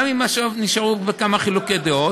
גם אם נשארו כמה חילוקי דעות.